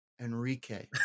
Enrique